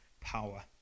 power